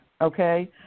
okay